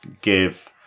give